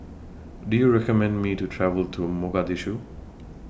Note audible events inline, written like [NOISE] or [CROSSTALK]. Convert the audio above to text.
[NOISE] Do YOU recommend Me to travel to Mogadishu